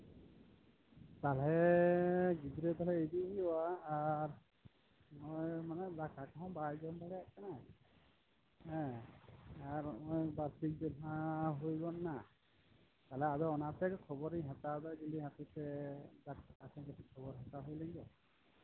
ᱛᱟᱦᱚᱞᱮ ᱜᱤᱫᱽᱨᱟᱹ ᱛᱟᱦᱚᱞᱮ ᱤᱫᱤᱭᱮ ᱦᱩᱭᱩᱜᱼᱟ ᱟᱨ ᱱᱚᱜᱼᱚᱭ ᱫᱟᱠᱟ ᱠᱚᱦᱚᱸ ᱵᱟᱭ ᱡᱚᱢ ᱫᱟᱲᱮᱭᱟᱜ ᱠᱟᱱᱟᱭ ᱦᱮᱸ ᱟᱨ ᱱᱚᱜᱼᱚᱭ ᱵᱟᱨᱥᱤᱧ ᱯᱮ ᱢᱟᱦᱟ ᱦᱩᱭ ᱜᱚᱫ ᱮᱱᱟ ᱛᱟᱦᱚᱞᱮ ᱚᱱᱟᱛᱮ ᱠᱷᱚᱵᱚᱨᱤᱧ ᱦᱟᱛᱟᱣ ᱮᱫᱟ ᱡᱚᱫᱤ ᱦᱟᱯᱮᱥᱮ ᱦᱟᱥᱯᱟᱛᱟᱞ ᱠᱷᱚᱱ ᱠᱟᱹᱴᱤᱡ ᱠᱷᱚᱵᱚᱨ ᱦᱟᱛᱟᱣ ᱦᱩᱭᱞᱮᱱᱜᱮ